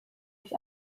ich